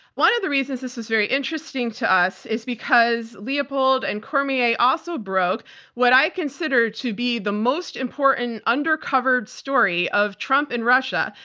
one of the reasons this is very interesting to us is because leopold and cormier also broke what i consider to be the most important, under-covered story of trump and russia,